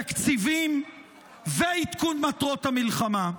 תקציבים ועדכון מטרות המלחמה.